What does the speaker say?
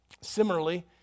Similarly